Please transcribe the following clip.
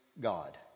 God